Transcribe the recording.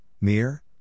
mere